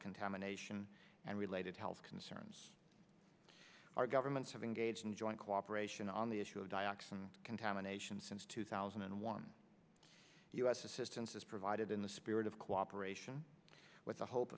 contamination and related health concerns our governments have engaged in joint cooperation on the issue of dioxin contamination since two thousand and one u s assistance is provided in the spirit of cooperation with the ho